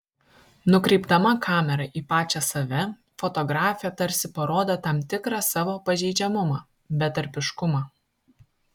nukreipdama kamerą į pačią save fotografė tarsi parodo tam tikrą savo pažeidžiamumą betarpiškumą